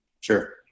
Sure